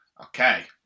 Okay